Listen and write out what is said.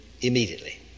Immediately